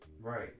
Right